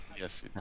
Yes